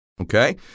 Okay